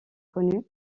connue